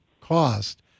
cost